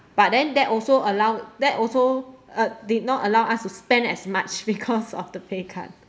but then that also allow that also uh did not allow us to spend as much because of the pay cut